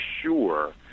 sure